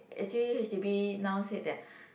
actually H_d_B now said that